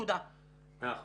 מאה אחוז.